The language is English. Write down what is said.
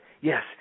Yes